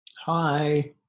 hi